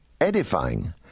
edifying